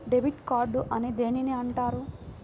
Debit card అని దేనిని అంటారు?